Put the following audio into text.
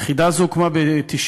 יחידה זו הוקמה ב-1998,